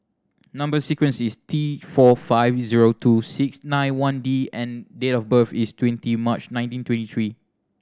number sequence is T four five zero two six nine one D and date of birth is twenty March nineteen twenty three